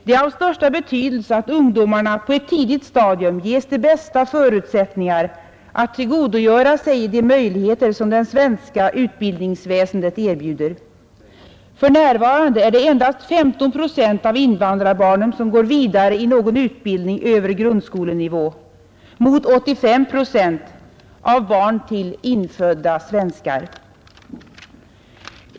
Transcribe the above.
Det är av största betydelse att ungdomarna på ett tidigt stadium ges de bästa förutsättningar att tillgodogöra sig de möjligheter som det svenska utbildningsväsendet erbjuder. För närvarande är det bara 15 procent av invandrarbarnen som går vidare i någon utbildning över grundskolenivå mot 85 procent av barn till infödda svenskar.